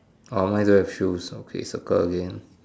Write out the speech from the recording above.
orh mine don't have shoes okay circle again